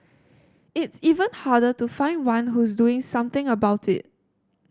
it's even harder to find one who is doing something about it